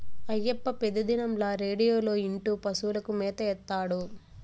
అయ్యప్ప పెతిదినంల రేడియోలో ఇంటూ పశువులకు మేత ఏత్తాడు